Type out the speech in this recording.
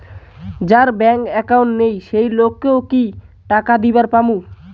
যার bank account নাই সেই লোক কে ও কি টাকা দিবার পামু?